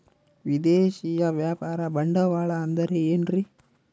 ವಿದೇಶಿಯ ವ್ಯಾಪಾರ ಬಂಡವಾಳ ಅಂದರೆ ಏನ್ರಿ?